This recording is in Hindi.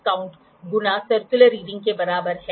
तो आपके पास यहां एक वर्नियर रीडिंग भी होगी